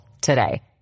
today